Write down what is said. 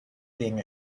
being